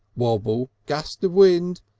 wabble. gust of wind.